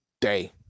day